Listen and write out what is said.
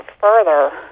further